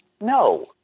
no